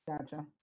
Gotcha